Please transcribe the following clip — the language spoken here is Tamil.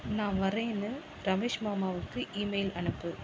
நான் வர்றேன்னு ரமேஷ் மாமாவுக்கு ஈமெயில் அனுப்பு